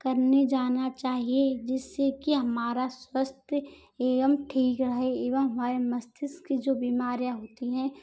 करने जाना चाहिये जिससे कि हमारा स्वास्थ्य एवं ठीक रहे एवं हमारे मस्तिष्क की जो बीमारियां होती हैं